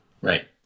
Right